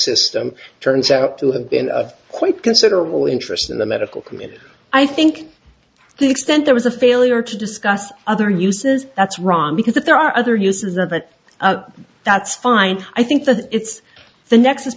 system turns out to have been of quite considerable interest in the medical community i think the extent there was a failure to discuss other uses that's wrong because if there are other uses of it that's fine i think that it's the nex